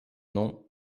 nom